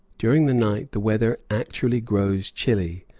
during the night the weather actually grows chilly,